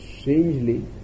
strangely